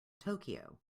tokyo